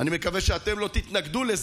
אני מקווה שאתם לא תתנגדו לזה.